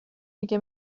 میگه